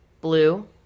Blue